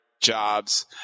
jobs